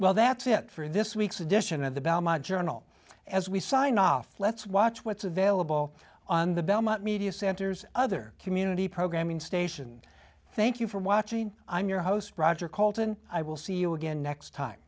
well that's it for this week's edition of the belmont journal as we sign off let's watch what's available on the belmont media centers other community programming station thank you for watching i'm your host roger called and i will see you again next time